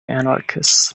anarchists